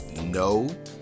No